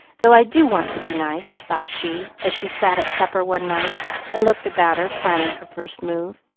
though i do want to be nice, thought she, as she sat at supper one night and looked about her, planning her first move.